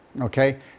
Okay